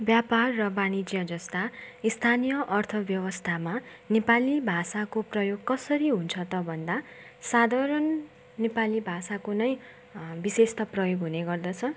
व्यापार र वाणिज्य जस्ता स्थानीय अर्थव्यवस्थामा नेपाली भाषाको प्रयोग कसरी हुन्छ त भन्दा साधारण नेपाली भाषाको नै विशेष त प्रयोग हुने गर्दछ